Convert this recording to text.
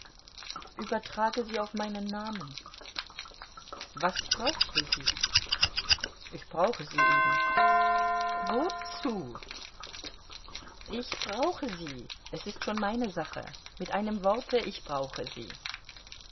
übertrage sie auf meinen namen was brauchst du sie ich brauche sie eben wozu ich brauche sie es ist schon meine sache mit einem worte ich brauche sie